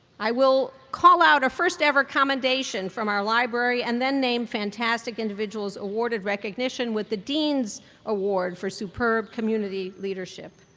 i will call out our first ever commendation from our library and then name fantastic individuals awarded recognition with the dean's award for superb community leadership.